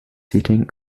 seating